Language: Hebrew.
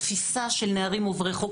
התפיסה של נערים עוברי חוק,